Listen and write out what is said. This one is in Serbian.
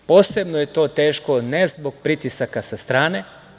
Posebno je to teško, ne zbog pritisaka sa strane.